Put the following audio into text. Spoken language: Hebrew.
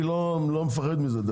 אני לא מפחד מזה,